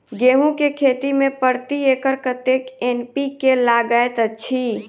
गेंहूँ केँ खेती मे प्रति एकड़ कतेक एन.पी.के लागैत अछि?